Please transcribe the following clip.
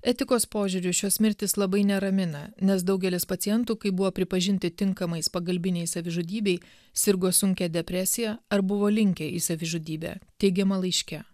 etikos požiūriu šios mirtys labai neramina nes daugelis pacientų kai buvo pripažinti tinkamais pagalbinei savižudybei sirgo sunkia depresija ar buvo linkę į savižudybę teigiama laiške